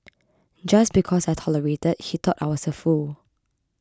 just because I tolerated he thought I was a fool